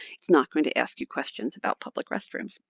it's not going to ask you questions about public restrooms.